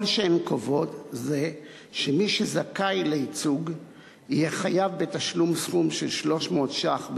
כל שהן קובעות זה שמי שזכאי לייצוג יהיה חייב בתשלום סכום של 300 שקלים,